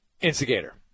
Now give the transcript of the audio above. instigator